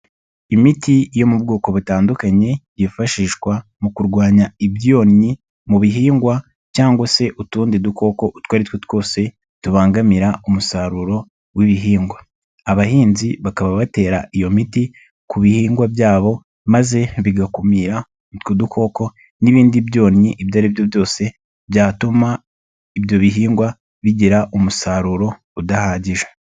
Imiti yo mu bwoko butandukanye yifashishwa mu kurwanya ibyonnyi mu bihingwa cyangwa se utundi dukoko utwo ari two twose tubangamira umusaruro w'ibihingwa. Abahinzi bakaba batera iyo miti ku bihingwa byabo maze bigakumira utwo dukoko n'ibindi byonnyi ibyo ari byo byose byatuma ibyo bihingwa bigira umusaruro udahagije.